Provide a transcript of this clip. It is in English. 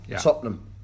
Tottenham